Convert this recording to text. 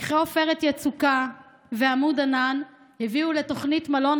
לקחי עופרת יצוקה ועמוד ענן הביאו לתוכנית "מלון